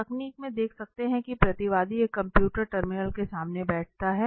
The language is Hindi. आप इस तकनीक में देख सकते हैं कि प्रतिवादी एक कंप्यूटर टर्मिनल के सामने बैठता है